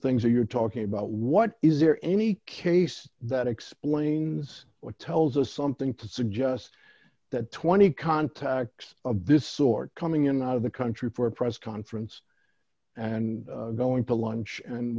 things you're talking about what is there any case that explains what tells us something to suggest that twenty contacts of this sort coming in out of the country for a press conference and going to lunch and